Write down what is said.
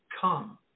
come